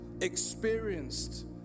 experienced